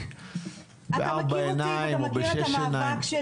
בארבע עיניים או בשש עיניים.